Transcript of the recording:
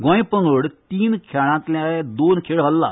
गोंय पंगडाक तीन खेळांनी दोन खेळ हारला